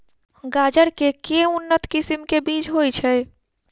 गाजर केँ के उन्नत किसिम केँ बीज होइ छैय?